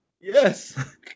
Yes